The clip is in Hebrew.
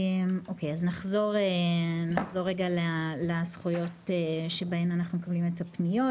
אוקי אז נחזור רגע לזכויות שבהן אנחנו מקבלים את הפניות,